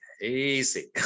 Easy